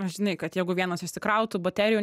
žinai kad jeigu vienas išsikrautų baterijų